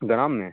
गराम में